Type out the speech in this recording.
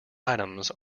items